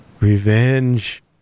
Revenge